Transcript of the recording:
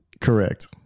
Correct